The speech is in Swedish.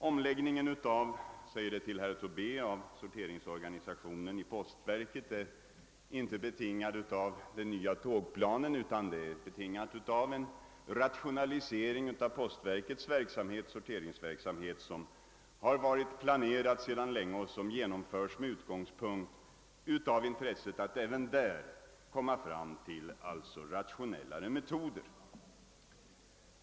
Omläggningen av sorteringsorganisationen i postverket — jag säger detta till herr Tobé — är inte betingad av den nya tågplanen, utan den är betingad av en rationalisering av postverkets sorteringsverksamhet, som har varit planerad sedan länge och som genomförs med utgångspunkt i intresset att även där komma fram till mera rationella metoder.